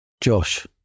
Josh